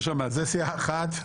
זו סיעה אחת.